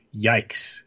Yikes